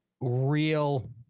real